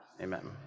amen